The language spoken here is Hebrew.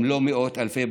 אם לא מאות אלפי,